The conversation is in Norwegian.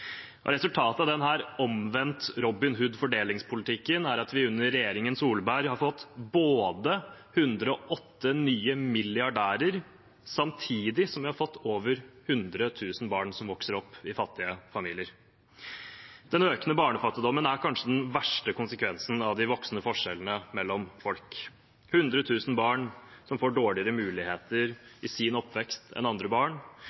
lavtlønte. Resultatet av denne omvendte Robin Hood-fordelingspolitikken er at vi under regjeringen Solberg har fått 108 nye milliardærer, samtidig som vi har fått over 100 000 barn som vokser opp i fattige familier. Den økende barnefattigdommen er kanskje den verste konsekvensen av de voksende forskjellene mellom folk – 100 000 barn som får dårligere muligheter i sin oppvekst enn andre barn,